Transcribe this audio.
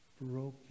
broken